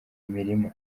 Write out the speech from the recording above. imirima